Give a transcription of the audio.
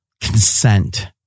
consent